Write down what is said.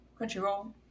Crunchyroll